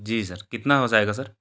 जी sir कितना हो जाएगा सर